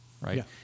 right